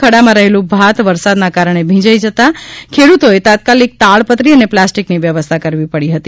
ખડામાં રહેલું ભાત વરસાદના કારણે ભીંજાય જતાં ખેડૂતોએ તાત્કાલિક તાડપત્રી અને પ્લાસ્ટિકની વ્યવસ્થા કરવી પડી હતી